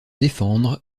défendre